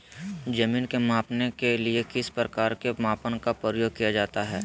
जमीन के मापने के लिए किस प्रकार के मापन का प्रयोग किया जाता है?